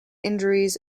injuries